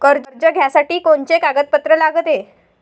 कर्ज घ्यासाठी कोनचे कागदपत्र लागते?